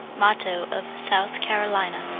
motto of south carolina.